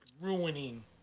ruining